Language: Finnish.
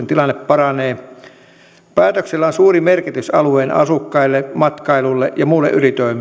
tilanne paranee päätöksellä on suuri merkitys alueen asukkaille matkailulle ja muulle